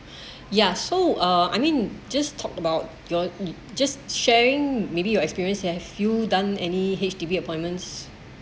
ya so uh I mean just talked about you just sharing maybe your experience have you done any H_D_B appointments